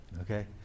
okay